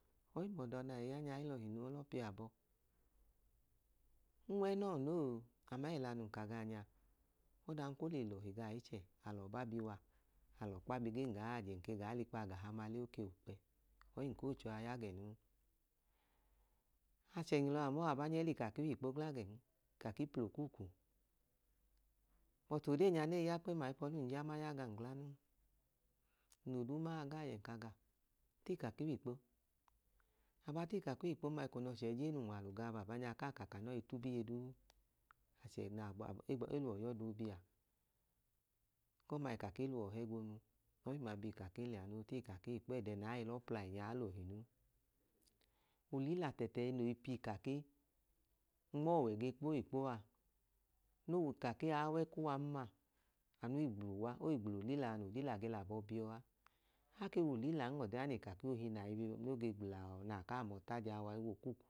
Ọyim ọda nai ya nyai lọhi noo lọ piabọ n'wẹnọọ noo aman ẹla nun ka gaa nyaa, odan ko le lọhi gaa ichẹ alọba bi waa alọkpa bi gem nke gaa yajẹ nke l'ikpa agahama le oke w'ukpẹ ọyim koo aya ge noo. Achẹnyilọ amọọ baabanya e l'ikake w'ikpo gagẹn ikaki pl'okuku but odee nya nei ya kpẹma ayipọlum jama ya gan gla non. nlo duu ma wa gaa gẹ nka gaa, tiikaki w'ikpo. Aba tiikaki w'ikpon ma eko n'ọchẹ ijen n'unwalu ga baabanya kaa ka ka nọi tubiye duu achẹ naa gba egba eluọ y'ọdobia, ekọmaa ikaki luọ hẹ gwonu, ọyim a bi ikaki liya noo tiikaki w'ikpo ọyim ẹdẹ naai lọ plai nyaa lọhi noo. Olila tẹtẹ ẹnoi piikaki nm'ọwẹ ge kpo w'ikpoa no ukaki ai wẹ kuwan ma anui gblu wa oigbl'olilaa n'olilaa ge l'abọ biọa ake w'olilan ọdi ya n'iikaki ohi nai bi no ge gblau na kaa mọọta jaa